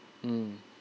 mm